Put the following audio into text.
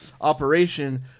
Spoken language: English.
operation